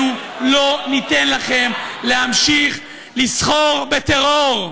אנחנו לא ניתן לכם להמשיך לסחור בטרור.